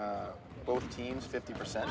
on both teams fifty percent